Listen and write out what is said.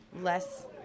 less